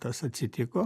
tas atsitiko